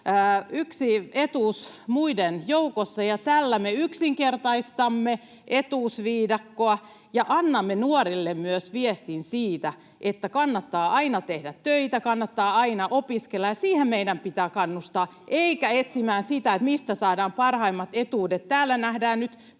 yksi etuus muiden joukossa. Tällä me yksinkertaistamme etuusviidakkoa ja annamme nuorille myös viestin, että kannattaa aina tehdä töitä ja kannattaa aina opiskella, ja siihen meidän pitää kannustaa eikä etsimään, mistä saadaan parhaimmat etuudet. Täällä nähdään nyt